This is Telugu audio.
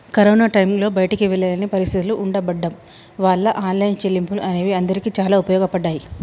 కరోనా టైంలో బయటికి వెళ్ళలేని పరిస్థితులు ఉండబడ్డం వాళ్ళ ఆన్లైన్ చెల్లింపులు అనేవి అందరికీ చాలా ఉపయోగపడ్డాయి